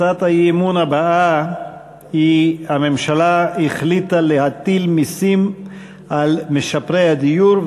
הצעת האי-אמון הבאה היא: הממשלה החליטה להטיל מסים על משפרי הדיור,